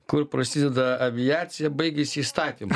kur prasideda aviacija baigiasi įstatymai